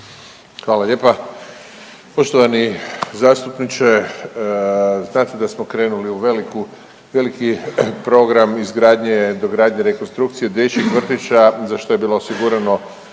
Hvala lijepa. Poštovani zastupniče, znate da smo krenuli u veliku, veliki program izgradnje, dogradnje i rekonstrukcije dječjih vrtića za što je bilo osigurano